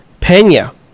Pena